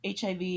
HIV